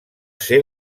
ser